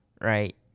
right